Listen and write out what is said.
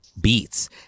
beats